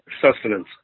sustenance